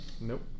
Nope